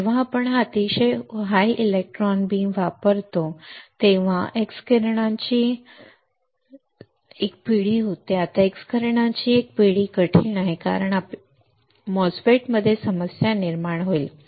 जेव्हा आपण हा अतिशय उच्च इलेक्ट्रॉन बीम वापरतो तेव्हा x किरणांची एक पिढी होते आता x किरणांची ही पिढी कठीण आहे कारण आपल्याला MOSFET मध्ये समस्या निर्माण होईल